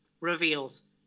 reveals